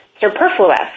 superfluous